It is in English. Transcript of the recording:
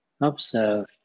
Observe